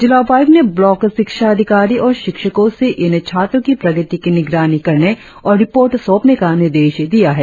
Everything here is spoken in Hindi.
जिला उपायुक्त ने ब्लॉक शिक्षा अधिकारी और शिक्षको से इन छात्रों की प्रगति की निगरानी करने और रिपोर्ट सौंपने का निर्देश दिया है